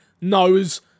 knows